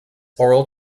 oral